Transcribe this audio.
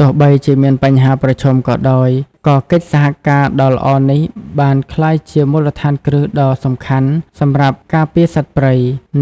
ទោះបីជាមានបញ្ហាប្រឈមក៏ដោយ ក៏កិច្ចសហការដ៏ល្អនេះបានក្លាយជាមូលដ្ឋានគ្រឹះដ៏សំខាន់សម្រាប់ការពារសត្វព្រៃ